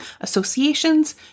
associations